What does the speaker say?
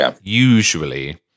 usually